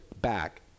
back